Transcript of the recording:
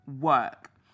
work